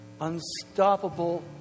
unstoppable